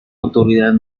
autoridad